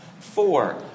Four